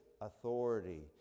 authority